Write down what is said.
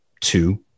two